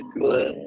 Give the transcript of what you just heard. good